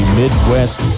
midwest